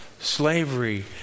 Slavery